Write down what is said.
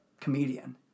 comedian